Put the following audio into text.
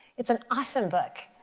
it's an awesome book.